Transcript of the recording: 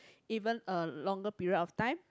even a longer period of time